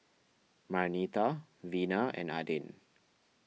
Marnita Vena and Adin